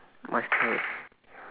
must take